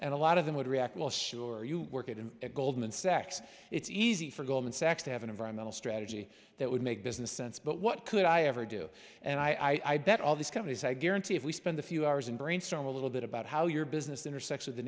and a lot of them would react well sure you work in goldman sachs it's easy for goldman sachs to have an environmental strategy that would make business sense but what could i ever do and i bet all these companies i guarantee if we spend a few hours in brainstorm a little bit about how your business intersect